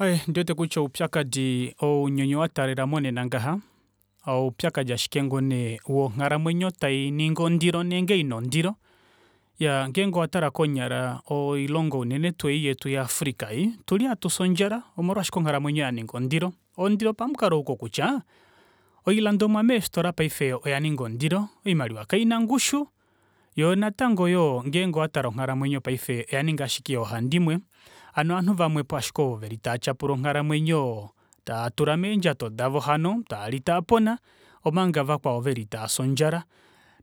Aaye ondiwete kutya oupyakadi ounyuni wataalela monena ngaha ondiwete kutya oupyakadi ashike wonghalamwenyo tainingi ondilo nenge ina ondilo iyaa ngenge owatala konyala oilongo unene tuu ei yetu ya africa ei otuli hatufi ondjala omolwashike onghalamwenyo yaninga ondilo ondilo pamukalo wokutya oilandomwa paife meefitola oyaninga ondilo oimaliwa kaina ongushu yoo natango ngeenge owatale onghalamwenyo paife oyaninga ashike yoo handimwe hano ovanhu vamwepo ashike ovo veli taatyapula onghalamwenyo taatula meendjato davo hano taali taapona omanga vakwao taafi ondjala